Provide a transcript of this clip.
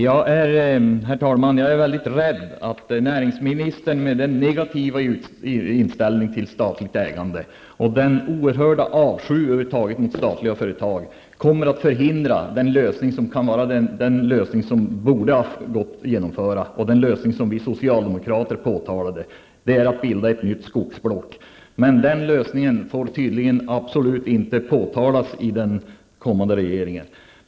Herr talman! Jag är mycket rädd för att näringsministern med sin negativa inställning till statligt ägande och över huvud taget sin oerhörda avsky mot statliga företag kommer att förhindra den lösning som borde gå att genomföra och som vi socialdemokrater pekat på, nämligen att bilda ett nytt skogsblock. Men den lösningen får tydligen absolut inte nämnas i den sittande regeringen.